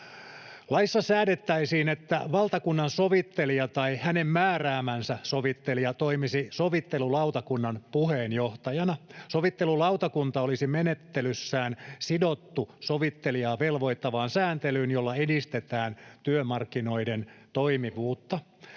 Laissa säädettäisiin, että valtakunnansovittelija tai hänen määräämänsä sovittelija toimisi sovittelulautakunnan puheenjohtajana. Sovittelulautakunta olisi menettelyssään sidottu sovittelijaa velvoittavaan sääntelyyn, jolla edistetään työmarkkinoiden toimivuutta.